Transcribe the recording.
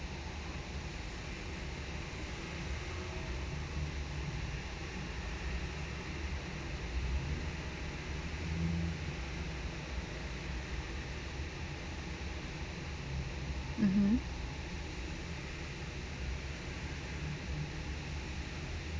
mmhmm